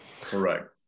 Correct